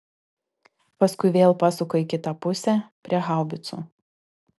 paskui vėl pasuka į kitą pusę prie haubicų